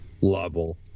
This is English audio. level